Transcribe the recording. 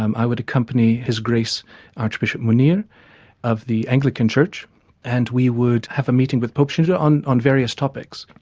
um i would accompany his grace archbishop mouneer of the anglican church and we would have a meeting with pope shenouda on on various topics.